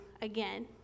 again